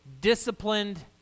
disciplined